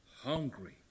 hungry